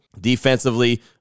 Defensively